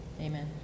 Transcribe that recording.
amen